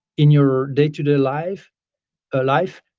in your day to day life ah life